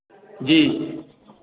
जी